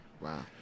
Wow